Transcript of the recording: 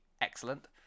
excellent